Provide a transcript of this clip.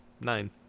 Nine